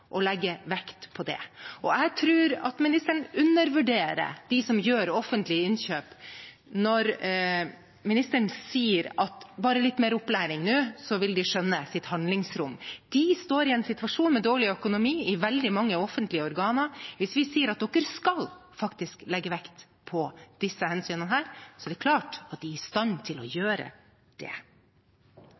vekt på det. Jeg tror ministeren undervurderer dem som gjør offentlige innkjøp, når hun sier at med bare litt mer opplæring vil de skjønne sitt handlingsrom. Veldig mange offentlige organer står i en situasjon med dårlig økonomi, men hvis vi sier at de faktisk skal legge vekt på disse hensynene, er det klart at de er i stand til å gjøre det.